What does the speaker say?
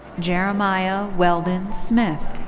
jeremiah weldon smith.